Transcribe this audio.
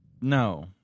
No